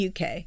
UK